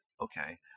okay